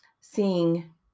seeing